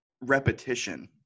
repetition